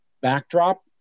backdrop